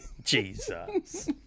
Jesus